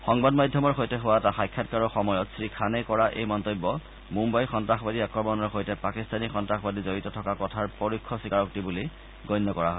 সংবাদ মাধ্যমৰ সৈতে হোৱা এটা সাক্ষাৎকাৰৰ সময়ত শ্ৰীখানে কৰা এই মন্তব্য মুম্বাই সন্ত্ৰাসবাদী আক্ৰমণৰ সৈতে পাকিস্তানী সন্তাসবাদী জড়িত থকা কথাৰ পৰোক্ষ স্বীকাৰোক্তি বুলি গণ্য কৰা হৈছে